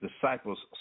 disciples